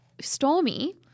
Stormy